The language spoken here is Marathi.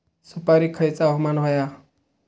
सुपरिक खयचा हवामान होया?